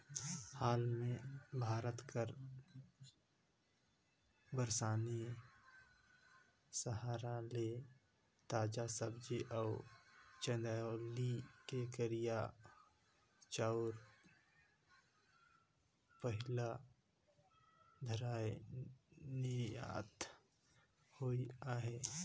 हाले में भारत कर बारानसी सहर ले ताजा सब्जी अउ चंदौली ले करिया चाँउर पहिल धाएर निरयात होइस अहे